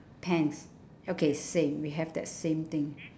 pants okay same we have that same thing